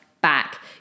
back